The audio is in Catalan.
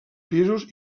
pisos